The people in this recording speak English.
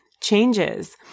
changes